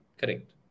Correct